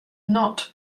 not